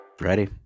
Ready